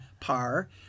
par